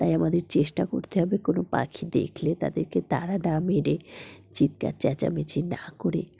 তাই আমাদের চেষ্টা করতে হবে কোনো পাখি দেখলে তাদেরকে তাড়া না মেরে চিৎকার চেঁচামেচি না করে